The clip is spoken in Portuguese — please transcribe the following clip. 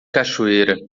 cachoeira